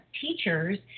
teachers